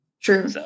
True